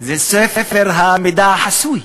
זה ספר המידע החסוי.